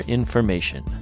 information